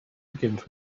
begins